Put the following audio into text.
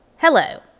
Hello